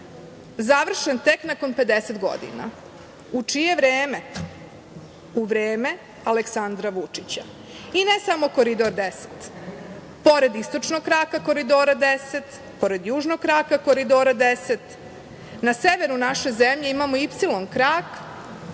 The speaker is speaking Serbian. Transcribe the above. završen tek nakon 50 godina. U čije vreme? U vreme Aleksandra Vučića. I ne samo Koridor 10, pored istočnog kraka Koridora 10, pored južnog kraka Koridora 10, na severu naše zemlje imamo Y krak,